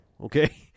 okay